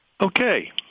Okay